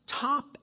top